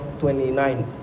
29